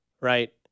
right